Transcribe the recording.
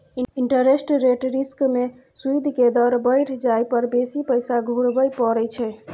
interest rate risk में सूइद के दर बइढ़ जाइ पर बेशी पैसा घुरबइ पड़इ छइ